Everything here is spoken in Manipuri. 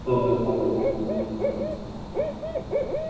ꯍꯣꯏ ꯍꯣꯏ ꯐꯔꯦ ꯐꯔꯦ ꯎꯝ ꯎꯝ